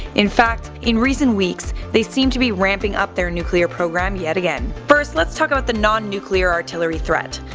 in fact, in recent weeks they seem to be ramping up their nuclear program yet again. first lets talk about the nonnuclear artillery threat.